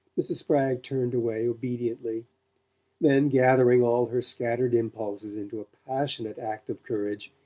mrs. spragg turned away obediently then, gathering all her scattered impulses into a passionate act of courage,